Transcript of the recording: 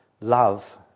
love